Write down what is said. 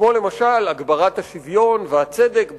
כמו הגברת השוויון והצדק בחברה,